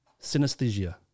Synesthesia